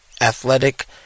athletic